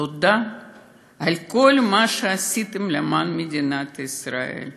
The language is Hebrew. תודה על כל מה שעשיתם למען מדינת ישראל,